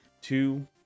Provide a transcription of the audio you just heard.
two